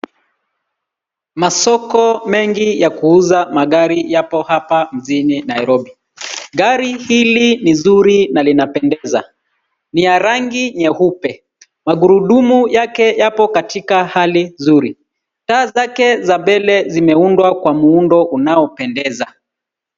Masoko mengi ya kuuza magari yapo hapa mjini Nairobi. Gari hili ni nzuri na linapendeza. Ni ya rangi nyeupe. Magurudumu yake yapo katika hali nzuri. Taa zake za mbele zimeundwa kwa muundo unaopendeza.